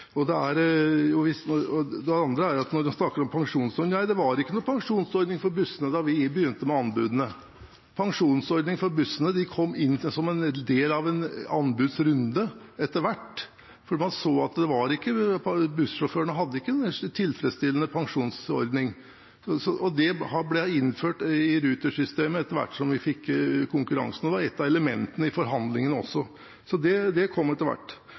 Når en snakker om pensjonsordninger: Nei, det var ikke noen pensjonsordning for bussjåførene da vi begynte med anbudene. Pensjonsordningen for bussjåførene kom inn som en del av anbudsrunden etter hvert, for man så at bussjåførene ikke hadde en tilfredsstillende pensjonsordning. Det ble innført i Ruter-systemet etter hvert som vi fikk konkurranse, og det var også et av elementene i forhandlingen. Så det kom etter hvert. NSB, eller jernbanen, er bedre enn sitt rykte. Det